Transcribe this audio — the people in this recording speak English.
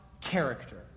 character